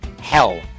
Hell